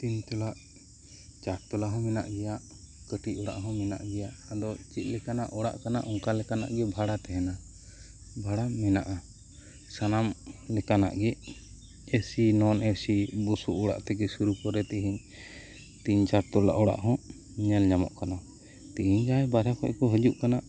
ᱛᱤᱱ ᱛᱚᱞᱟ ᱪᱟᱨ ᱛᱚᱞᱟ ᱦᱚᱸ ᱢᱮᱱᱟᱜ ᱜᱮᱭᱟ ᱠᱟᱹᱴᱤᱡ ᱚᱲᱟᱜ ᱦᱚᱸ ᱢᱮᱱᱟᱜ ᱜᱮᱭᱟ ᱟᱫᱚ ᱪᱮᱫ ᱞᱮᱠᱟᱱᱟᱜ ᱚᱲᱟᱜ ᱠᱟᱱᱟ ᱚᱱᱠᱟ ᱞᱮᱠᱟᱱᱟᱜ ᱵᱷᱟᱲᱟ ᱛᱟᱦᱮᱱᱟ ᱵᱷᱟᱲᱟ ᱢᱮᱱᱟᱜᱼᱟ ᱥᱟᱱᱟᱢ ᱞᱮᱠᱟᱱᱟᱜ ᱜᱮ ᱮᱥᱤ ᱱᱚᱱ ᱮᱥᱤ ᱵᱩᱥᱩᱵ ᱚᱲᱟᱜ ᱛᱷᱮᱠᱮ ᱥᱩᱨᱩ ᱠᱚᱨᱮ ᱛᱮᱦᱮᱧ ᱛᱤᱱ ᱪᱟᱨ ᱛᱚᱞᱟ ᱚᱲᱟᱜ ᱦᱚᱸ ᱧᱮᱞ ᱧᱟᱢᱚᱜ ᱠᱟᱱᱟ ᱛᱮᱹᱦᱮᱹᱧ ᱡᱟᱦᱟᱸᱭ ᱵᱟᱨᱦᱮ ᱠᱷᱚᱱ ᱠᱚ ᱦᱤᱡᱩᱜ ᱠᱟᱱᱟ